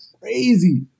crazy